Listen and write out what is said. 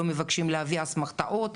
לא מבקשים להביא אסמכתאות.